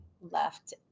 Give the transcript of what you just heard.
left